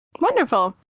Wonderful